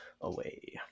away